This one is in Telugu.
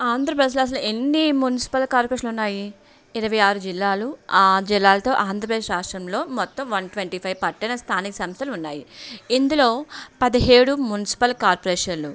ఆంధ్రప్రదేశ్లో అసలు ఎన్ని మున్సిపల్ కార్పొరేషన్లు ఉన్నాయి ఇరవై ఆరు జిల్లాలు ఆ జిల్లాలతో ఆంధ్రప్రదేశ్ రాష్ట్రంలో మొత్తం వన్ ట్వంటీ ఫైవ్ పట్టణ స్థానిక సంస్థలు ఉన్నాయి ఇందులో పదిహేడు మున్సిపల్ కార్పొరేషన్లు